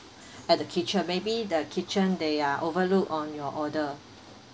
at the kitchen maybe the kitchen they ah overlooked on your order